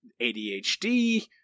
ADHD